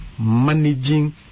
managing